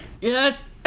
Yes